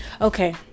okay